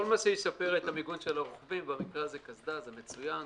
שישפר את מיגון הרוכבים במקרה זה קסדה - זה מצוין.